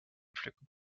pflücken